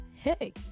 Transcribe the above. Hey